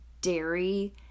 dairy